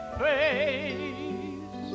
face